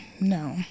No